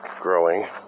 growing